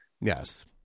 Yes